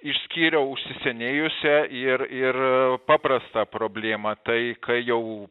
išskyriau užsisenėjusią ir ir paprastą problėmą tai kai jau